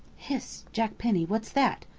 hist! jack penny, what's that?